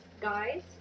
guys